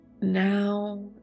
Now